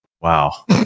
Wow